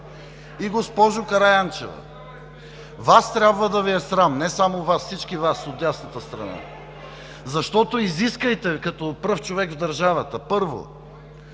И, госпожо Караянчева, Вас трябва да Ви е срам – не само Вас, всички Вас от дясната страна, защото изискайте като пръв човек в държавата, първо,